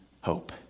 hope